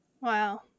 wow